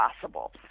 possible